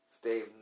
Stay